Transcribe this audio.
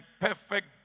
perfect